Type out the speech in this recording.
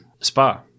Spa